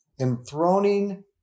enthroning